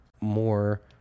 more